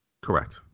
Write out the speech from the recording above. Correct